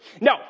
No